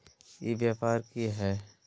ई व्यापार की हाय?